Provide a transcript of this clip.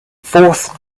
fourth